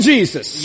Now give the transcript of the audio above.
Jesus